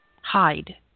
hide